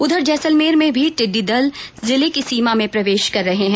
उधर जैसलमेर में भी टिड्डी दल जिले की सीमा में प्रवेश कर रहा है